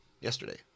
yesterday